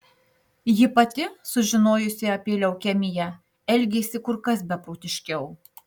ji pati sužinojusi apie leukemiją elgėsi kur kas beprotiškiau